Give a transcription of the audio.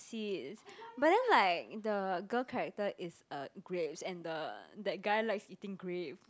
seeds but then like the girl character is a grapes and the that guy likes eating grape